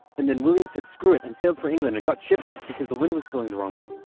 and then william said, screw it and sailed for england, and got shipwrecked because the wind was blowing the wrong way.